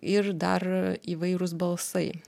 ir dar įvairūs balsai